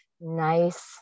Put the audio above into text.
nice